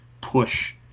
push